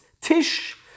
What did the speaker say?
Tish